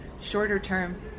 shorter-term